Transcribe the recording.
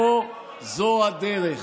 לא זאת הדרך.